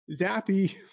Zappy